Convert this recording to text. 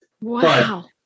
Wow